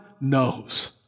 knows